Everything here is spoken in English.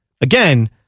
Again